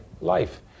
life